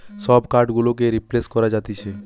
সব কার্ড গুলোকেই রিপ্লেস করা যাতিছে